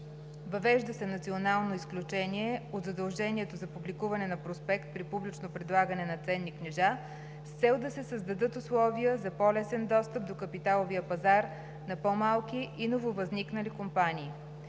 Въвежда се национално изключение от задължението за публикуване на проспект при публично предлагане на ценни книжа с цел да се създадат условия за по-лесен достъп до капиталовия пазар на по-малки и нововъзникнали компании.